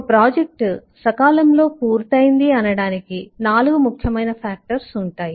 ఒక ప్రాజెక్టు సకాలంలో పూర్తయింది అనడానికి నాలుగు ముఖ్యమైన ఫ్యాక్టర్స్ ఉంటాయి